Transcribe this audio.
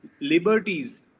Liberties